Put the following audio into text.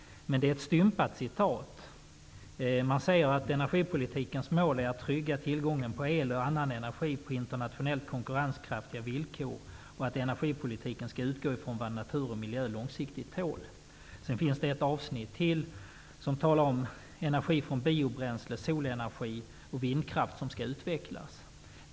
Men det är ett stympat citat. Man säger att energipolitikens mål är att trygga tillgången på el och annan energi på internationellt konkurrenskraftiga villkor och att energipolitiken skall utgå från vad natur och miljö långsiktigt tål. Det finns ett avsnitt till. Det talar om energi från biobränsle, solenergi och vindkraft, som skall utvecklas.